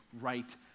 right